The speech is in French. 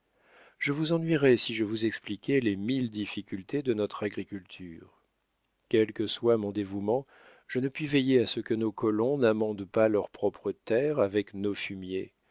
je vous ennuierais si je vous expliquais les mille difficultés de notre agriculture quel que soit mon dévouement je ne puis veiller à ce que nos colons n'amendent pas leurs propres terres avec nos fumiers